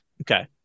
Okay